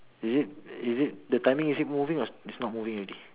is it is it the timing is it moving or is it not moving already